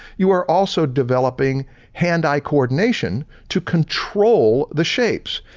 you are also developing hand-eye coordination to control the shapes.